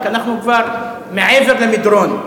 אנחנו כבר מעבר למדרון,